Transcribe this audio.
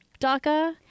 DACA